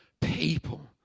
people